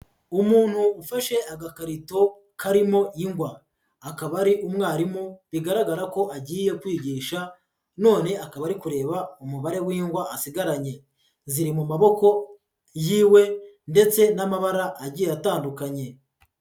Umuntu ufashe agakarito karimo ingwa. Akaba ari umwarimu bigaragara ko agiye kwigisha, none akaba ari kureba umubare w'ingwa asigaranye. Ziri mu maboko yiwe ndetse n'amabara agiye atandukanye.